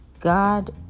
God